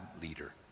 leader